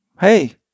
hey